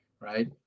right